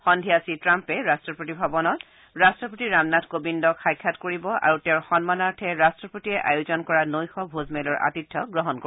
সন্ধিয়া শ্ৰীট্টাম্পে ৰাট্টপতি ভৱনত ৰাট্ৰপতি ৰামনাথ কোবিন্দক সাক্ষাৎ কৰিব আৰু তেওঁৰ সন্মানাৰ্থে ৰাট্ৰপতিয়ে আয়োজন কৰা নৈশ ভোজমেলৰ আতিথ্য গ্ৰহণ কৰিব